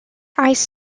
ice